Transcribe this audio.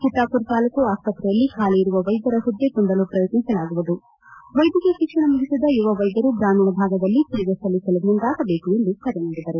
ಚಿತ್ತಾಮರ ತಾಲ್ಲೂಕು ಆಸ್ತ್ರೆಯಲ್ಲಿ ಖಾಲಿ ಇರುವ ವೈದ್ಯರ ಮದ್ದೆ ತುಂಬಲು ಪ್ರಯತ್ನಿಸಲಾಗುವುದು ವೈದ್ಯಕೀಯ ಶಿಕ್ಷಣ ಮುಗಿಸಿದ ಯುವ ವೈದ್ಯರು ಗ್ರಾಮೀಣ ಭಾಗದಲ್ಲಿ ಸೇವೆ ಸಲ್ಲಿಸಲು ಮುಂದಾಗಬೇಕು ಎಂದು ಕರೆ ನೀಡಿದರು